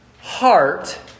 heart